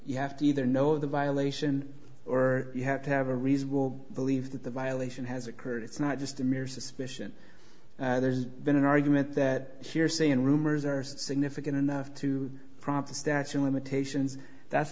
you have to either know the violation or you have to have a reasonable believe that the violation has occurred it's not just a mere suspicion there's been an argument that hearsay and rumors are significant enough to prompt a statue of limitations that's